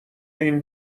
این